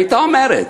הייתה אומרת: